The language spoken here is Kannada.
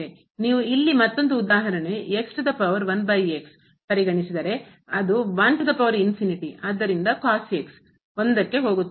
ನೀವು ಇಲ್ಲಿ ಮತ್ತೊಂದು ಉದಾಹರಣೆ ಪರಿಗಣಿಸಿದರೆ ಅದು ಆದ್ದರಿಂದ 1 ಕ್ಕೆ ಹೋಗುತ್ತದೆ ಮತ್ತು ಹೋಗುತ್ತದೆ